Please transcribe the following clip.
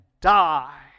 die